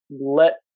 let